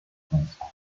france